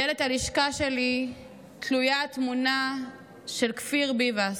בדלת הלשכה שלי תלויה התמונה של כפיר ביבס,